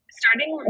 starting